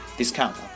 discount